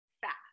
fast